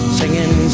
singing